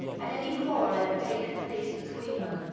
had any quarrel ever taken place between them?